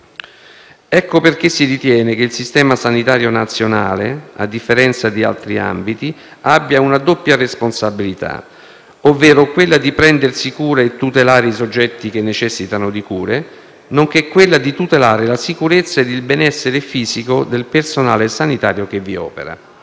Ecco perché si ritiene che il Servizio sanitario nazionale, a differenza di altri ambiti, abbia una doppia responsabilità: quella di prendersi cura e tutelare i soggetti che necessitano di cure, nonché quella di tutelare la sicurezza e il benessere fisico del personale sanitario che vi opera.